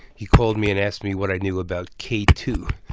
he called me and asked me what i knew about k two.